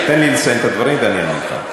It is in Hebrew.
תן לי לסיים את הדברים ואני אענה לך.